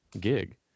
gig